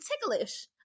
ticklish